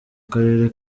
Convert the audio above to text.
karere